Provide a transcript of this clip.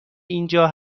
اینجا